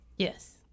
Yes